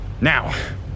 Now